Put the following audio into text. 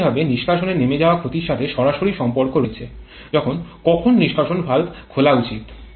একইভাবে নিষ্কাশনের নেমে যাওয়া ক্ষতির সাথে সরাসরি সম্পর্ক রয়েছে যখন কখন নিষ্কাশন ভালভ খোলা উচিত